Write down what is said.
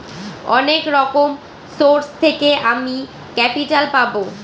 অনেক রকম সোর্স থেকে আমি ক্যাপিটাল পাবো